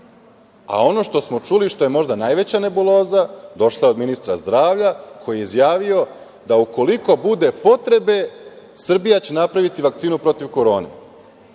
u Evropi. Ono što je možda najveća nebuloza i došla je od ministra zdravlja koji je izjavio da ukoliko bude potrebe Srbija će napraviti vakcinu protiv korone.